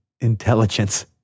intelligence